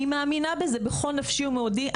אני מאמינה בזה בכל נפשי ומאודי.